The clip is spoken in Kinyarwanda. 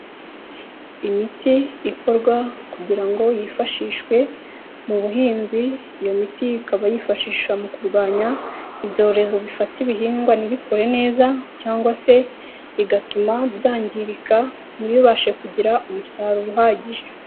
Imiti ikorwa kugira ngo yifashishwe mu buhinzi, iyo miti ikaba yifashisha mu kurwanya ibyorezo bifata ibihingwa ntibikure neza cyangwa se bigatuma byangirika ntibibashe kugira umusaruro uhagije.